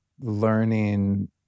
learning